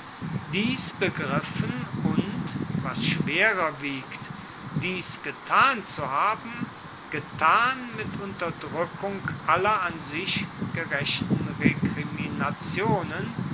dies begriffen und was schwerer wiegt dies getan zu haben getan mit unterdrueckung aller an sich gerechten